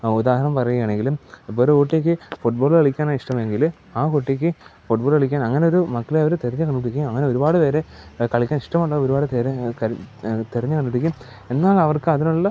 ഉദാഹരണം പറയാണെങ്കില് ഇപ്പം ഒരു കുട്ടിക്ക് ഫുട്ബോള് കളിക്കാൻ ഇഷ്ടമെങ്കില് ആ കുട്ടിക്ക് ഫുട്ബോള് കളിക്കാൻ അങ്ങനെ ഒരു മക്കളെ അവര് തിരഞ്ഞു കണ്ടുപിടിക്കുകയും അങ്ങനെ ഒരുപാട് പേരെ കളിക്കാൻ ഇഷ്ടമുള്ള ഒരുപാട് പേരെ തിരഞ്ഞു കണ്ടുപിടിക്കും എന്നാൽ അവർക്കതിനുള്ള